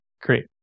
Great